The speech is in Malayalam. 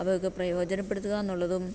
അവയൊക്കെ പ്രയോജനപ്പെടുത്തുക എന്നുള്ളതും